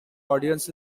audience